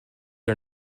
are